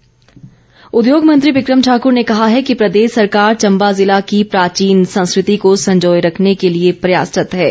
बिक्रम ठाकुर उद्योग मंत्री बिक्रम ठाक्र ने कहा है कि प्रदेश सरकार चम्बा जिला की प्राचीन संस्कृति को संजोए रखने के लिए प्रयासरत है